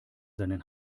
seinen